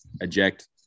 eject